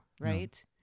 right